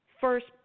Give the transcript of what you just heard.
first